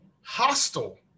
hostile